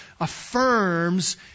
affirms